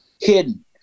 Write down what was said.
hidden